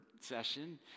session